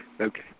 Okay